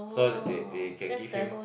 so they they can give him